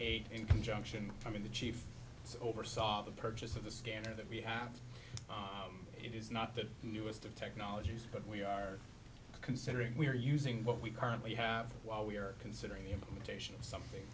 eight in conjunction i mean the chief oversaw the purchase of the stand that we have it is not that us the technologies that we are considering we are using what we currently have while we are considering the implementation of something